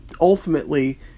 ultimately